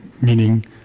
meaning